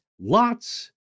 lots